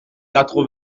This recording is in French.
quatre